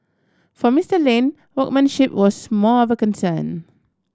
for Mister Lin workmanship was more of a concern